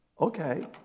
Okay